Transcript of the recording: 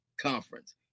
conference